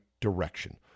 direction